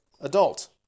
adult